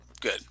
Good